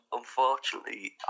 Unfortunately